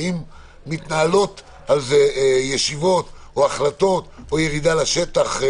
האם מתנהלות על זה ישיבות או החלטות או ירידה לשטח